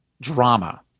drama